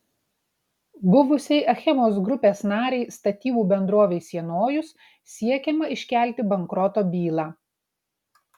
buvusiai achemos grupės narei statybų bendrovei sienojus siekiama iškelti bankroto bylą